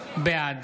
בעד